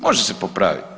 Može se popraviti.